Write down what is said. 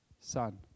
Son